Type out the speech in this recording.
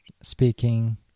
speaking